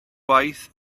gwaith